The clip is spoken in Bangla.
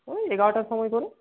ওই এগারোটার সময় করে